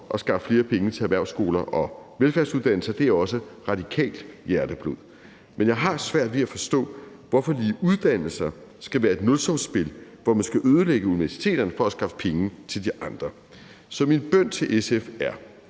at skaffe flere penge til erhvervsskoler og velfærdsuddannelser, det er også radikalt hjerteblod, men jeg har svært ved at forstå, hvorfor lige uddannelser skal være et nulsumsspil, hvor man skal ødelægge universiteterne for at skaffe penge til de andre. Kl. 17:49 Så min bøn til SF er: